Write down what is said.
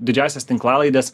didžiąsias tinklalaides